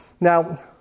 Now